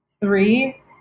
Three